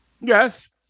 Yes